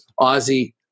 Ozzy